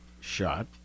shot